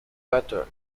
better